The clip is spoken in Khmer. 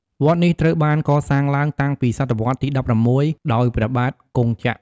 វត្តនេះត្រូវបានកសាងឡើងតាំងពីសតវត្សរ៍ទី ១៦ ដោយព្រះបាទគង់ចក្រ។